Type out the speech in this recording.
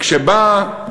כשבאה